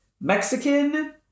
Mexican